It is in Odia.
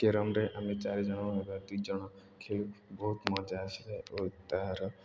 କ୍ୟାରମ୍ରେ ଆମେ ଚାରିଜଣ ବା ଦୁଇ ଜଣ ଖେଳୁ ବହୁତ ମଜା ଆସିଲା ଏବଂ ତାହାର